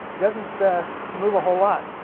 doesn't move a whole lot.